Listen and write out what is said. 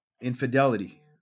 infidelity